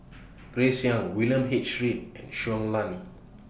Grace Young William H Read and Shui Lan